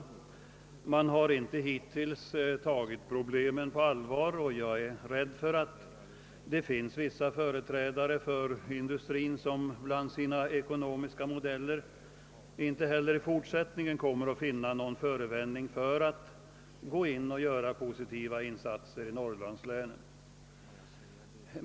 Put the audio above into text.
Hittills har man inte tagit problemen på allvar, och jag är rädd för att vissa företrädare för industrin bland sina ekonomiska modeller inte heller i fortsättningen kommer att finna någon förevändning för att gå in och göra positiva insatser i norrlandslänen.